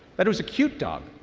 that it was a cute dog,